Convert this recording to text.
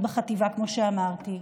בחטיבה, כמו שאמרתי,